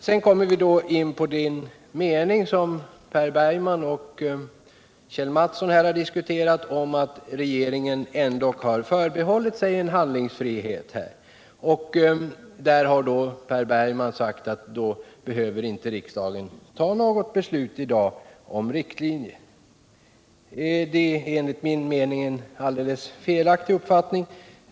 Sedan kommer vi till den mening som Per Bergman och Kjell Mattsson här har diskuterat, alltså den som handlar om att regeringen här ändå har förbehållit sig handlingsfrihet. Där säger Per Bergman att då behöver riksdagen inte ta något beslut om riktlinjerna i dag. Enligt min mening är det en helt felaktig uppfattning.